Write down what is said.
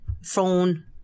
phone